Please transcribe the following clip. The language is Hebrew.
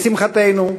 לשמחתנו,